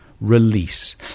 Release